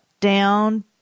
down